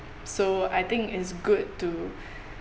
so I think it's good to